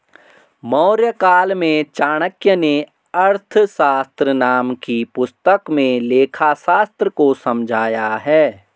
मौर्यकाल में चाणक्य नें अर्थशास्त्र नाम की पुस्तक में लेखाशास्त्र को समझाया है